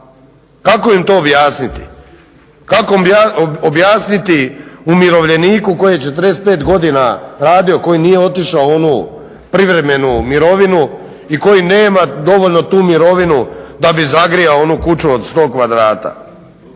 Kako im to objasniti? Kako objasniti umirovljeniku koji je 45 godina radio, koji nije otišao u onu privremenu mirovinu i koji nema dovoljno tu mirovinu da bi zagrijao onu kuću od 100 kvadrata?